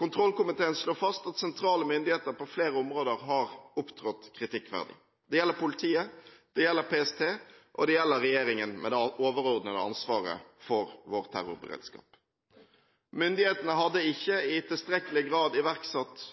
Kontrollkomiteen slår fast at sentrale myndigheter på flere områder har opptrådt kritikkverdig. Det gjelder politiet, det gjelder PST, og det gjelder regjeringen med det overordnede ansvaret for vår terrorberedskap. Myndighetene hadde ikke i tilstrekkelig grad iverksatt